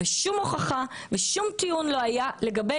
שום הוכחה ולא הוצג שום טיעון לגבי